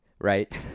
right